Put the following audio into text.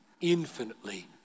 infinitely